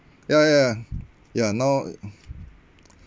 ya ya ya ya now